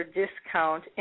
discount